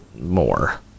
more